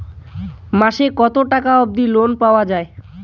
মাসে কত টাকা অবধি লোন পাওয়া য়ায়?